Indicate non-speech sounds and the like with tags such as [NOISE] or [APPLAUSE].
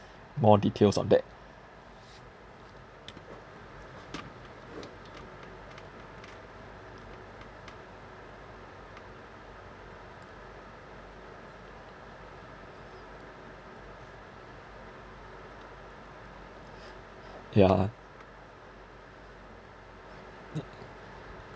more details on that ya lah [NOISE]